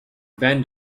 van